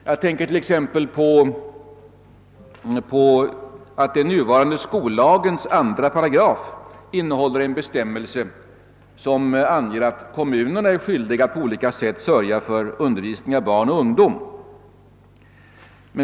Jag tänker t.ex. på att den nuvarande skollagens 2 8 innehåller en bestämmelse som anger att kommunerna är skyldiga att på olika sätt sörja för undervisning av barn och ungdom.